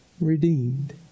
redeemed